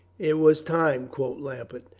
it was time, quoth lambert.